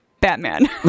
Batman